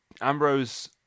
Ambrose